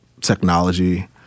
technology